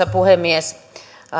arvoisa puhemies